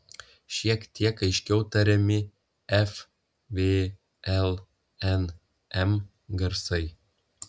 šiek tiek aiškiau tariami f v l n m garsai